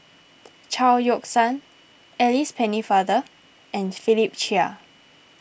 Chao Yoke San Alice Pennefather and Philip Chia